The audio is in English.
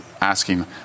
asking